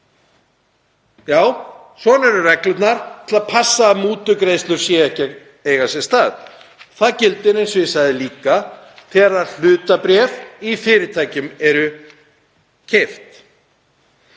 því. Svona eru reglurnar, til að passa mútugreiðslur séu ekki að eiga sér stað. Það gildir, eins og ég sagði líka, þegar hlutabréf í fyrirtækjum eru keypt.